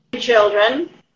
children